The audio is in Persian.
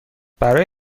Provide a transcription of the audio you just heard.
برای